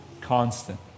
constant